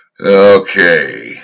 Okay